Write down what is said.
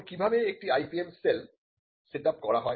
এখন কিভাবে একটি IPM সেল সেটআপ করা হয়